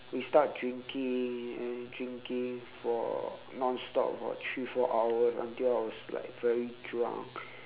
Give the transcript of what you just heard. we start drinking and drinking for non stop for three four hours until I was like very drunk